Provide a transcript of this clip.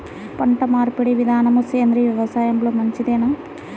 పంటమార్పిడి విధానము సేంద్రియ వ్యవసాయంలో మంచిదేనా?